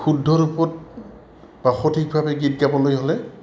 শুদ্ধ ৰূপত বা সঠিকভাৱে গীত গাবলৈ হ'লে